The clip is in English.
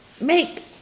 make